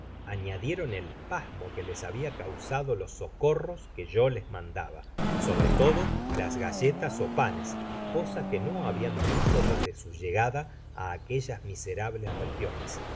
añadieron el pasmo que les habia caasado los socorros que yo les mandaba sobre todo las galletas ó panes cosa que no habian visto desde su llegada á aquellas miserables regiones